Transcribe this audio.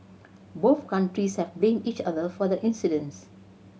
both countries have blamed each other for the incidence